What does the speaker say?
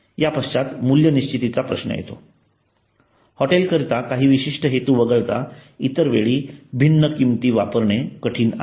या पश्चात मूल्य निश्चिताचा प्रश्न येतो हॉटेलकरीता काही विशिष्ट हेतू वगळता इतर वेळी भिन्न किंमती वापरणे कठीण आहे